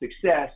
success